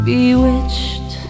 Bewitched